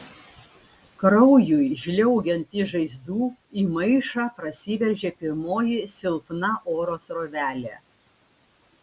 kraujui žliaugiant iš žaizdų į maišą prasiveržė pirmoji silpna oro srovelė